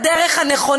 למצוא את הדרך הנכונה,